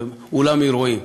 אולם אירועים,